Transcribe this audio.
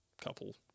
couple